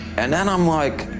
and then i'm like,